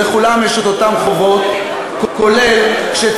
שאומר שלכולם יש אותן זכויות ולכולם יש אותן חובות.